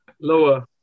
Lower